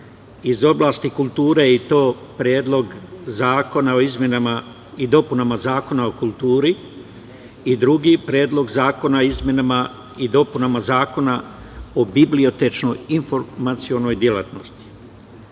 iz oblasti kulture, i to Predlog zakona o izmenama i dopunama Zakona o kulturi i Predlog zakona o izmenama i dopunama Zakona o bibliotečko-informacionoj delatnosti. Najpre,